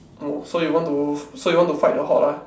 no so you want to so you want to fight the hoard ah